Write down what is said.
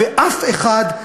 ואף אחד,